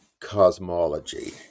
cosmology